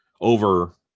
over